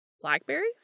Blackberries